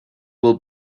will